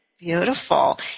Beautiful